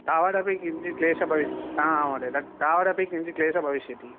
तावदपि किञ्चित् क्लेशः हा महोदय तावदपि किञ्चित् क्लेशः भविष्यति